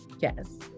Yes